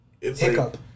hiccup